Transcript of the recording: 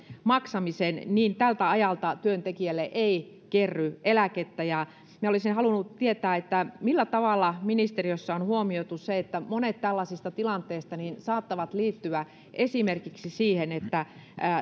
maksamisen niin tältä ajalta työntekijälle ei kerry eläkettä minä olisin halunnut tietää millä tavalla ministeriössä on huomioitu se että monet tällaisista tilanteista saattavat liittyä esimerkiksi siihen että